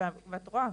ואת רואה,